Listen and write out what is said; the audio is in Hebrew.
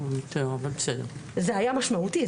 זה היה משמעותי.